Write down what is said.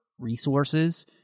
resources